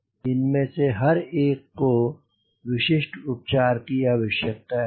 और इनमे से हर एक को विशिष्ट उपचार की आवश्यकता है